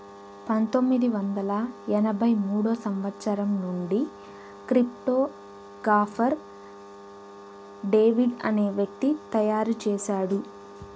పంతొమ్మిది వందల ఎనభై మూడో సంవచ్చరం నుండి క్రిప్టో గాఫర్ డేవిడ్ అనే వ్యక్తి తయారు చేసాడు